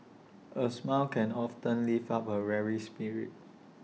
A smile can often lift up A weary spirit